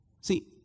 See